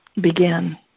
begin